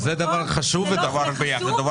זה דבר חשוב ודחוף.